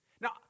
Now